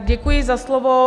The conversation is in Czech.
Děkuji za slovo.